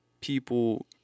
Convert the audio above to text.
people